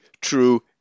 true